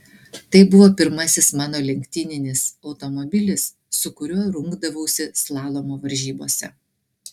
tai buvo pirmasis mano lenktyninis automobilis su kuriuo rungdavausi slalomo varžybose